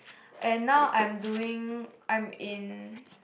and now I am doing I'm in